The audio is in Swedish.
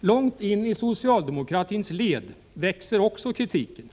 Långt in i socialdemokratins led växer också kritiken.